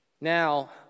Now